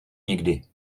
nikdy